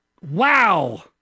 Wow